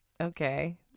okay